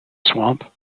swamp